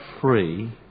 free